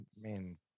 man